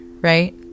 right